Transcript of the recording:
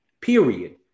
period